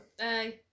Aye